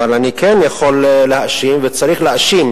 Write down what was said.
אבל אני כן יכול להאשים, וצריך להאשים,